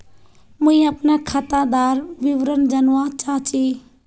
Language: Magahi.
मुई अपना खातादार विवरण जानवा चाहची?